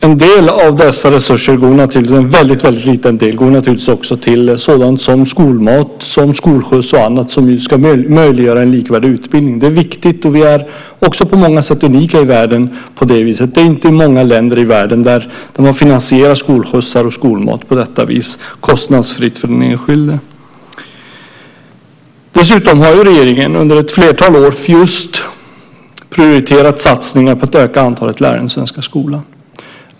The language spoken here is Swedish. En väldigt liten del av resurserna går naturligtvis till sådant som skolmat, skolskjuts och annat som ska möjliggöra en likvärdig utbildning. Det är viktigt. Vi är på många sätt unika i världen på det viset. Det är inte många länder i världen där man finansierar skolskjuts och skolmat på detta vis, kostnadsfritt för den enskilde. Regeringen har dessutom under ett flertal år just prioriterat satsningar på att öka antalet lärare i den svenska skolan.